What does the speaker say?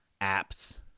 apps